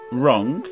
wrong